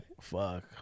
Fuck